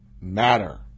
matter